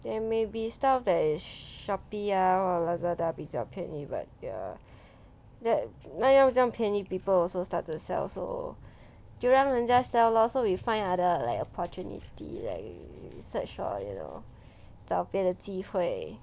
there may be stuff that is shopee ah or lazada 比较便宜 but ya the 那要这样便宜 people also start to sell also 就让人家 sell lor we find other like opportunity like search or you know 找别的机会